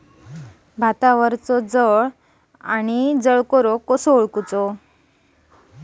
भातावरील कडा करपा आणि करपा रोग कसा ओळखायचा?